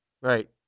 Right